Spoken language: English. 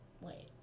wait